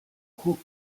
coups